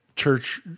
Church